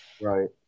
right